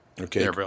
Okay